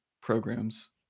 programs